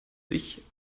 sich